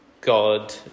God